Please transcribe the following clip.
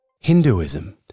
Hinduism